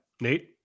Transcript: Nate